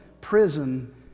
prison